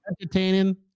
entertaining